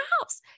house